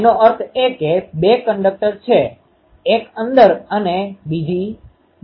તેથી આ પ્રવાહ I ખૂણો α અને અંતર r1 છે